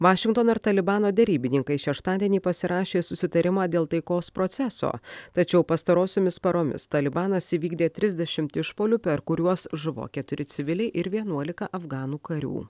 vašingtono ir talibano derybininkai šeštadienį pasirašė susitarimą dėl taikos proceso tačiau pastarosiomis paromis talibanas įvykdė trisdešimt išpuolių per kuriuos žuvo keturi civiliai ir vienuolika afganų karių